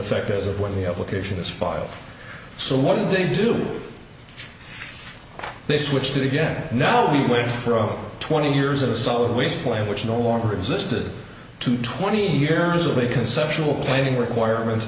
effect as of when the obligation is filed so what do they do they switched it again now we wait for oh twenty years of solid waste plan which no longer existed to twenty years of a conceptual playing requirement